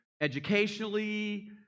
educationally